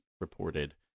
reported